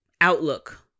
outlook